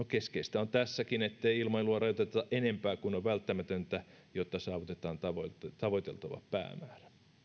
keskeistä on tässäkin ettei ilmailua rajoiteta enempää kuin on välttämätöntä jotta saavutetaan tavoiteltava päämäärä